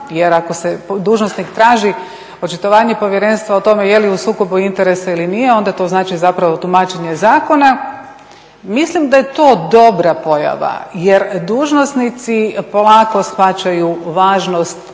jer ako se dužnosnik traži očitovanje povjerenstva o tome jeli u sukobu interesa ili nije onda to znači tumačenje zakona. Mislim da je to dobra pojava jer dužnosnici polako shvaćaju važnost